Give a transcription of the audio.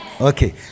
Okay